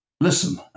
listen